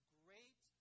great